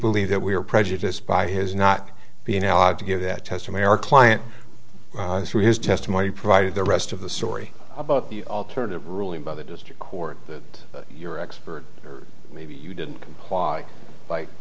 believe that we are prejudiced by his not being allowed to give that testimony our client or his testimony provided the rest of the story about the alternative ruling by the district court that your expert maybe you didn't comply